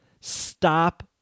Stop